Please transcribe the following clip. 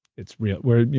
it's real. well,